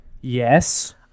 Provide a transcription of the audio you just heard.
Yes